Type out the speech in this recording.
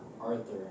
Arthur